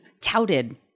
touted